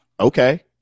Okay